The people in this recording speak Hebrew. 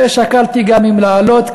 שקלתי גם אם לעלות,